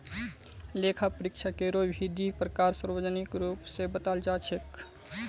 लेखा परीक्षकेरो भी दी प्रकार सार्वजनिक रूप स बताल जा छेक